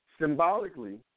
Symbolically